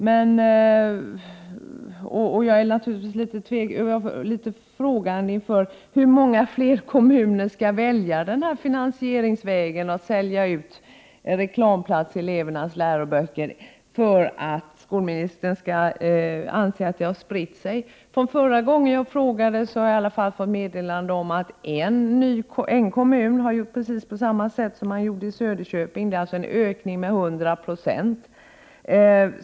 Jag frågar mig naturligtvis hur många ytterligare kommuner som skall behöva välja den här finansieringsvägen, som alltså innebär att man skaffar sig en reklamplats i elevernas läroböcker, för att skolministern skall anse att det handlar om en spridning. Sedan förra gången jag frågade om detta har åtminstone ytterligare en kommun gjort på precis samma sätt som man har gjort i Söderköping. Det är alltså en ökning med 100 96.